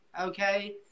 okay